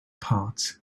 parts